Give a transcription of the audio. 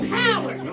power